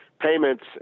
payments